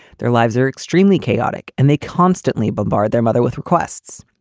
their lives are extremely chaotic and they constantly bombard their mother with requests.